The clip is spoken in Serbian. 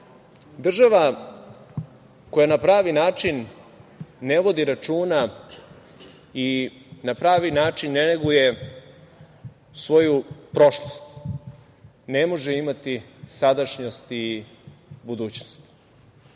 država koja na pravi način ne vodi računa i na pravi način ne neguje svoju prošlost ne može imati sadašnjost i budućnost,